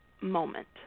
moment